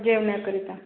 जेवण्याकरिता